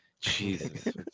jesus